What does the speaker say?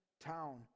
town